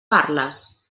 parles